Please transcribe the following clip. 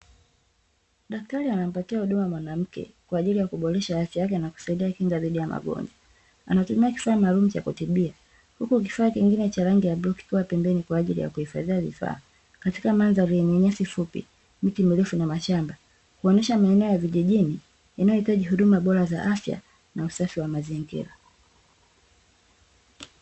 Daktari anampatia huduma mwanamke, kwa ajili ya kuboresha afya yake na kusaidia kinga dhidi ya magonjwa. Anatumia kifaa maalumu cha kutibia, huku kifaa kingine cha rangi ya bluu kikiwa pembeni kwa ajili ya kuhifadhia vifaa, katika mandhari yenye nyasi fupi, miti mirefu na mashamba, kuonyesha maeneo ya vijijini, inayohitaji huduma bora za afya na usafi wa mazingira.